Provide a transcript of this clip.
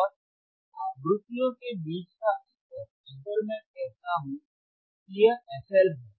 और आवृत्तियों के बीच का अंतर अगर मैं कहता हूं कि यह fL है